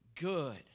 good